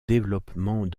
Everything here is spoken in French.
développement